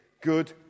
good